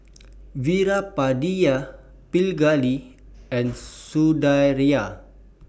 Veerapandiya Pingali and Sundaraiah